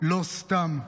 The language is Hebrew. לא קרו סתם,